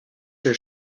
are